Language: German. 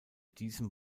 diesem